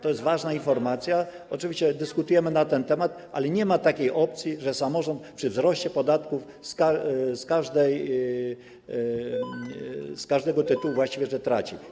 To jest ważna informacja, oczywiście dyskutujemy na ten temat, ale nie ma takiej opcji, że samorząd przy wzroście podatku z każdego tytułu właściwie traci.